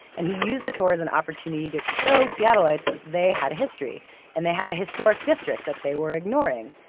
and he used the tour as an opportunity to show seattleites that they had a history and they had a historic district that they were ignoring.